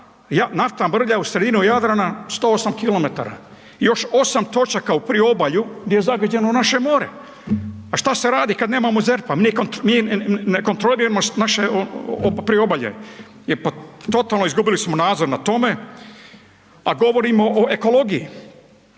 naftna mrlja na sredini Jadrana 108 kilometara i još osam točaka u Priobalju gdje je zagađeno naše more. A šta se radi kada nemamo ZERP-a, mi ne kontroliramo naše Priobalje. Totalno smo izgubili nadzor nad tome, a govorimo o ekologiji.